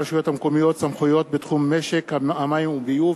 הצעת חוק הרשויות המקומיות (סמכויות בתחום משק המים וביוב)